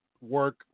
work